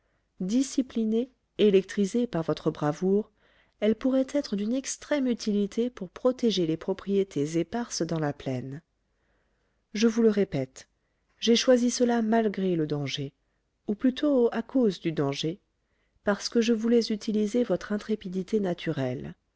disciplinée électrisée par votre bravoure elle pourrait être d'une extrême utilité pour protéger les propriétés éparses dans la plaine je vous le répète j'ai choisi cela malgré le danger ou plutôt à cause du danger parce que je voulais utiliser votre intrépidité naturelle